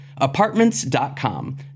Apartments.com